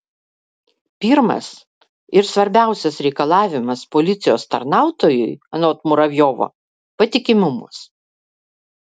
pirmas ir svarbiausias reikalavimas policijos tarnautojui anot muravjovo patikimumas